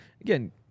Again